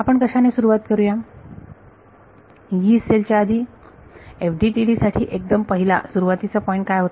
आपण कशाने सुरुवात करूया यी सेल च्या आधी FDTD साठी एकदम पहिला सुरुवातीचा पॉईंट काय होता